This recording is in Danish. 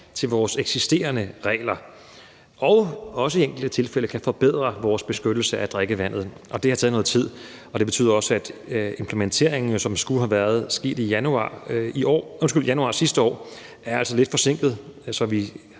til vores eksisterende regler og det også i enkelte tilfælde kan forbedre vores beskyttelse af drikkevandet. Det har taget noget tid, og det betyder også, at implementeringen, som jo skulle have været sket i januar sidste år, altså er lidt forsinket. Så vi